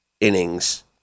innings